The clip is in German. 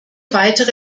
weitere